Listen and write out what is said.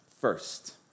first